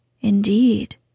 indeed